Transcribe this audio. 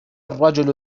الرجل